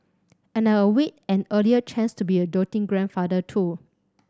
and I await an earlier chance to be a doting grandfather too